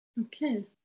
Okay